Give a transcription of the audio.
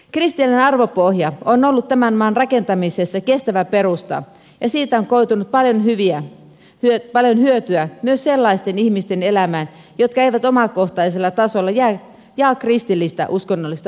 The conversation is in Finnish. kristillinen arvopohja on ollut tämän maan rakentamisessa kestävä perusta ja siitä on koitunut paljon hyötyä myös sellaisten ihmisten elämään jotka eivät omakohtaisella tasolla jaa kristillistä uskonnollista vakaumusta